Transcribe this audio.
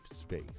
space